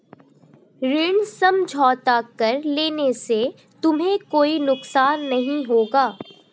ऋण समझौता कर लेने से तुम्हें कोई नुकसान नहीं होगा